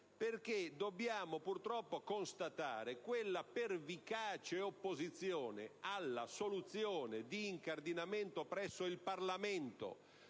Perché dobbiamo purtroppo constatare quella pervicace opposizione alla soluzione di incardinamento presso il Parlamento